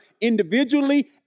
individually